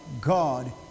God